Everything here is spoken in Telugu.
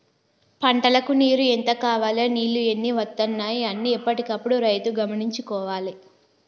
పంటలకు నీరు ఎంత కావాలె నీళ్లు ఎన్ని వత్తనాయి అన్ని ఎప్పటికప్పుడు రైతు గమనించుకోవాలె